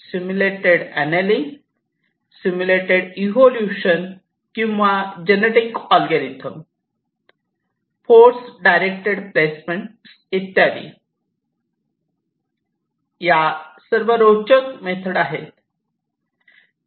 simulated annealing simulated evolution किंवा genetic algorithm force directed placement इत्यादी रोचक मेथड आहे